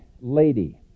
lady